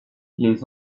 les